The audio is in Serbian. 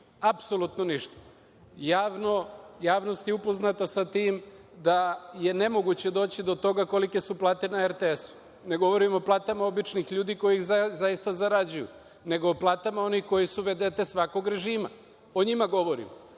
apsolutno ništa. Javnost je upoznata sa tim da je nemoguće doći do toga kolike su plate na RTS-u. Ne govorim o platama običnih ljudi koji ih zaista zarađuju, nego o platama onih koji su vedete svakog režima. O njima govorim.